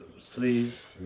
please